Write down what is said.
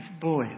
boy